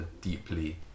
deeply